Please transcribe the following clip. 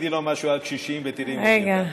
תגידי לו משהו על קשישים ותראי אם הוא יגיב לך.